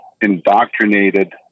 indoctrinated